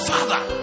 Father